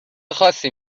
خاصی